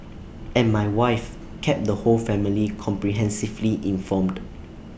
and my wife kept the whole family comprehensively informed